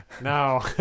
No